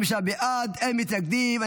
25 בעד, אין מתנגדים.